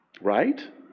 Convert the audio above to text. Right